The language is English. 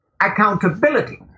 accountability